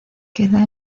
queda